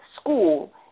school